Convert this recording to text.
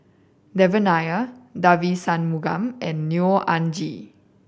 Devan Nair Devagi Sanmugam and Neo Anngee